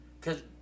cause